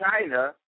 China